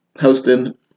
Hosting